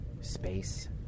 Space